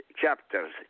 chapters